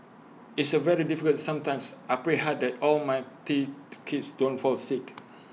it's A very difficult sometimes I pray hard that all my three kids don't fall sick